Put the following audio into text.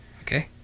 Okay